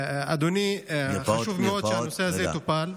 אדוני, חשוב מאוד שהנושא הזה יטופל,